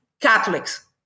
Catholics